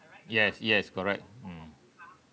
yes yes correct mm